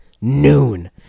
noon